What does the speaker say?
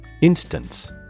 instance